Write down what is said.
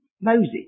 Moses